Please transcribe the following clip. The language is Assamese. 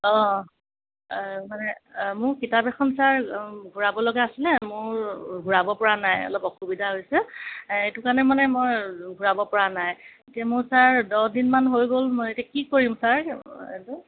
অঁ মানে মোৰ কিতাপ এখন ছাৰ ঘূৰাব লগা আছিলে মোৰ ঘূৰাব পৰা নাই অলপ অসুবিধা হৈছে এইটো কাৰণে মানে মই ঘূৰাব পৰা নাই এতিয়া মোৰ ছাৰ দহদিনমান হৈ গ'ল মই এতিয়া কি কৰিম ছাৰ